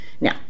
Now